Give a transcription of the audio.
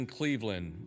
Cleveland